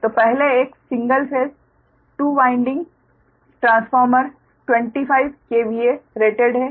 तो पहले एक single phase two winding transformer 25 KVA rated है